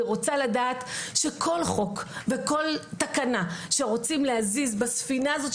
אני רוצה לדעת שכל חוק וכל תקנה שרוצים להזיז בספינה הזו,